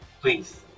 Please